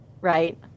right